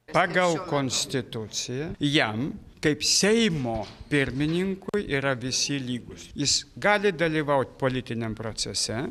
pagal konstituciją jam kaip seimo pirmininkui yra visi lygūs jis gali dalyvaut politiniam procese